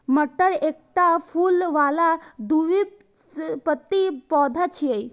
मटर एकटा फूल बला द्विबीजपत्री पौधा छियै